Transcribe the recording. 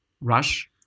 Rush